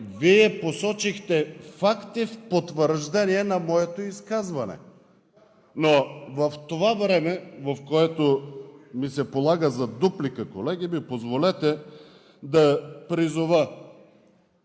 Вие посочихте факти в потвърждение на моето изказване. Но в това време, в което ми се полага дуплика, колеги, ми позволете да призова…